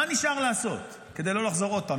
מה נשאר לעשות כדי לא לחזור עוד פעם?